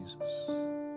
Jesus